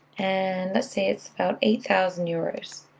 and let's say it's about eight thousand euros.